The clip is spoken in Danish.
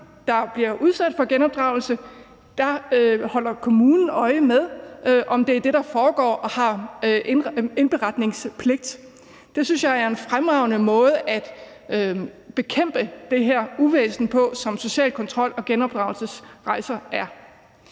der bliver udsat for genopdragelse, holder øje med, om det er det, der foregår, og har indberetningspligt, synes jeg er en fremragende måde at bekæmpe det her uvæsen på, som social kontrol og genopdragelsesrejser er.